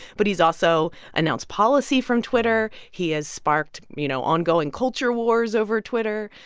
but he's also announced policy from twitter. he has sparked, you know, ongoing culture wars over twitter.